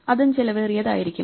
അതും ചെലവേറിയതായിരിക്കും